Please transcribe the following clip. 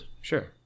Sure